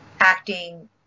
acting